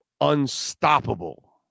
unstoppable